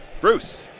Bruce